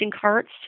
carts